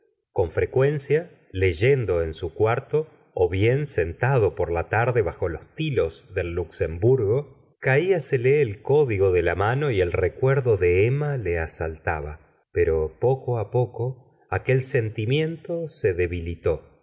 con frecuencia leyendo en su cuarto bien sentado por la tarde bajo los tilos del luxemburgo caía sele el código de la mano y el recuerdo de emma le asaltaba pero poco á poco aquel sentimiento se debilitó